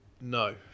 No